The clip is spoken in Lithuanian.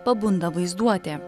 pabunda vaizduotė